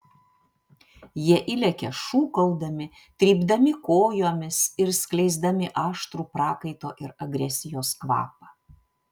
jie įlekia šūkaudami trypdami kojomis ir skleisdami aštrų prakaito ir agresijos kvapą